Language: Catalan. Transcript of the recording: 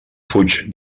fuig